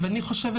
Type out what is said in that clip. אני חושבת